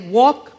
walk